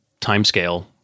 timescale